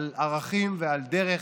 על ערכים ועל דרך,